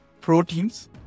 proteins